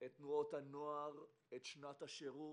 את תנועות הנוער, את שנת השירות,